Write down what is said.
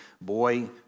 boy